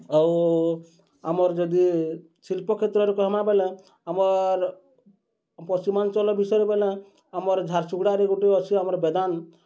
ଆଉ ଆମର୍ ଯଦି ଶିଳ୍ପକ୍ଷେତ୍ରରେ କହେମା ବେଲେ ଆମର୍ ପଶ୍ଚିମାଞ୍ଚଲ୍ ବିଷୟରେ ବେଲେ ଆମର୍ ଝାରସୁଗୁଡ଼ାରେ ଗୁଟେ ଅଛେ ଆମର୍ ବେଦାନ୍ତ୍